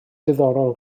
diddorol